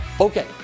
okay